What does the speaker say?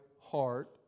heart